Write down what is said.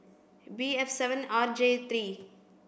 B F seven R J three